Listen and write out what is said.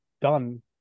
done